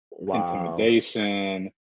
intimidation